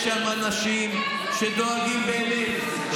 יש אבל אנשים שדואגים באמת,